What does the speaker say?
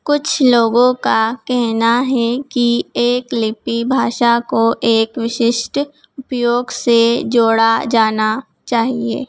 कुछ लोगों का कहना है कि एक लिपि भाषा को एक विशिष्ट उपयोग से जोड़ा जाना चाहिए